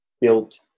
built